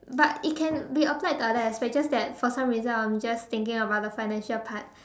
but it can be applied to other aspect just that for some reason I am just thinking about the financial part